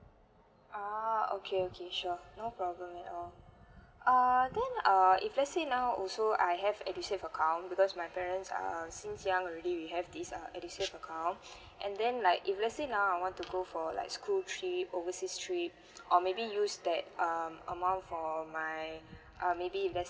a'ah okay okay sure no problem at all uh then uh if let's say now also I have edusave account because my parents err since young already we have this uh edusave account and then like if let's say now I want to go for like school trip overseas trip or maybe use that um amount for my uh maybe if let's